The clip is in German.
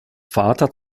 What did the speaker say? vater